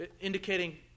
indicating